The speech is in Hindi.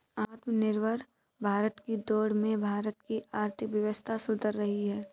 आत्मनिर्भर भारत की दौड़ में भारत की आर्थिक व्यवस्था सुधर रही है